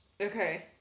Okay